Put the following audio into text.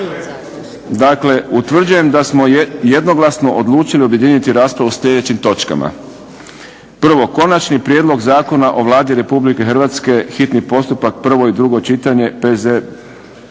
Dakle, utvrđujem da smo jednoglasno odlučili objediniti raspravu sa sljedećim točkama: 1. Konačni prijedlog Zakona o Vladi Republike Hrvatske, hitni postupak, prvo i drugo čitanje, P.Z.